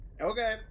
Okay